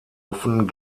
offen